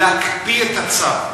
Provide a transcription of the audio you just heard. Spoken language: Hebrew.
להקפיא את הצו,